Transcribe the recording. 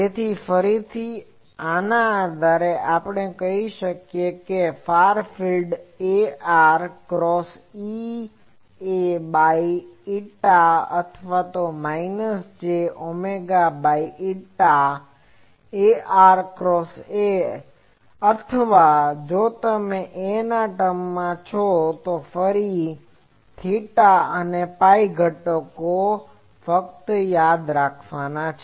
તેથી ફરીથી આના આધારે આપણે કહી શકીએ કે ફાર ફિલ્ડમાં ar ક્રોસ EA બાય η અથવા તે minus j omega by η ar cross A અથવા જો તમે A ના ટર્મમાં છો તો ફરીથી theta અને phi ઘટકો ફક્ત આ યાદ રાખવા છે